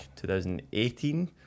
2018